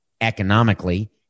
economically